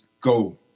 go